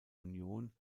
union